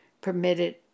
permitted